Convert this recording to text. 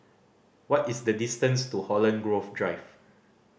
what is the distance to Holland Grove Drive